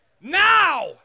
Now